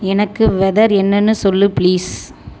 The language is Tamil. எனக்கு வெதர் என்னன்னு சொல்லு ப்ளீஸ்